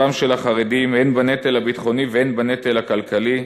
החרדים הן בנטל הביטחוני והן בנטל הכלכלי,